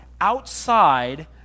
outside